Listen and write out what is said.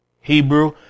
Hebrew